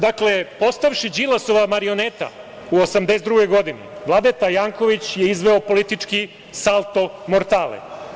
Dakle, postaviš Đilasova marioneta u 82 godini, Vladeta Janković je izveo politički salto mortale.